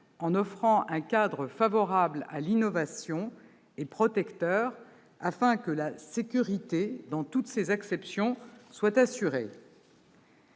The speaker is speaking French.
en offrant un cadre favorable à l'innovation et protecteur, afin que la sécurité, dans toutes ses acceptions, soit assurée.